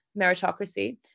meritocracy